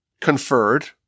conferred